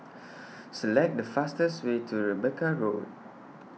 Select The fastest Way to Rebecca Road